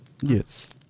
yes